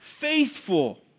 faithful